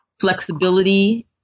flexibility